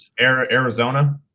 Arizona